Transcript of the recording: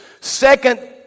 Second